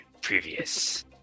previous